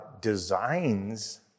designs